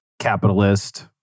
capitalist